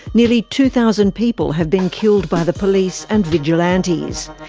nearly two thousand people have been killed by the police and vigilantes.